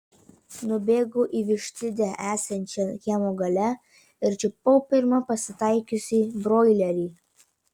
nubėgau į vištidę esančią kiemo gale ir čiupau pirmą pasitaikiusį broilerį